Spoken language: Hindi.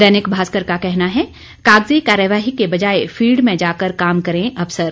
दैनिक भास्कर का कहना है कागजी कार्यवाही के बजाय फील्ड में जाकर काम करें अफसर